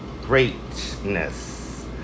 greatness